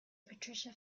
patricia